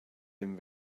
den